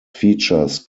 features